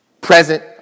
Present